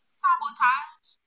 sabotage